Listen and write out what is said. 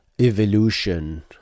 evolution